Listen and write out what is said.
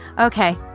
okay